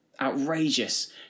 outrageous